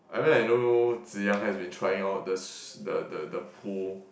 I mean I know Zi-Yang has been trying out the s~ the the the pool